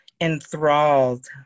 enthralled